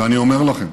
ואני אומר להם: